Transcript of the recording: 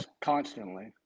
constantly